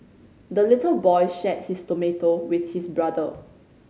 the little boy shared his tomato with his brother